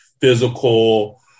physical